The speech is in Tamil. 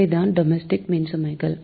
இவைதான் டொமெஸ்டிக் மின்சுமைகள்